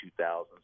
2000s